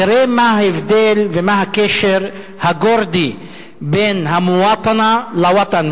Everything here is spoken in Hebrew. תראה מה ההבדל ומה הקשר הגורדי בין ה"מוואטנה" ל"ווטן",